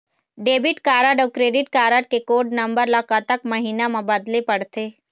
Debit card अऊ credit card के code number ला कतक महीना मा बदले पड़थे?